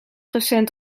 recent